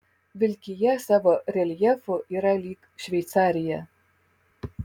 vilkija savo reljefu yra lyg šveicarija